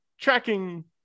tracking